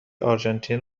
آرژانتین